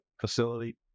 facility